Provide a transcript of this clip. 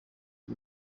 bwo